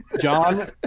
John